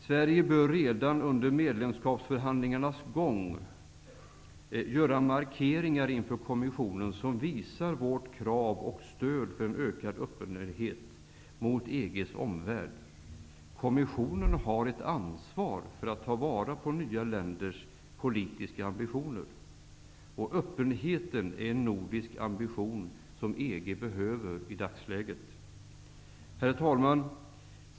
Sverige bör redan under pågående medlemskapsförhandlingar göra markeringar inför kommissionen, som visar vårt krav och stöd för en ökad öppenhet mot EG:s omvärld. Kommissionen har ett ansvar för att ta vara på nya länders politiska ambitioner. Öppenheten är en nordisk ambition som EG behöver i dagsläget. Herr talman!